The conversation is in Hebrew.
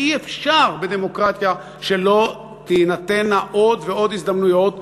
ואי-אפשר בדמוקרטיה שלא תינתנה עוד ועוד הזדמנויות,